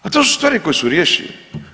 Pa to su stvari koje su rješive.